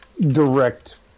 direct